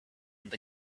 and